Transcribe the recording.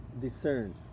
discerned